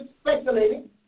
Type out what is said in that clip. speculating